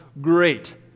great